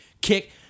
kick